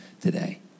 today